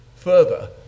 further